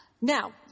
now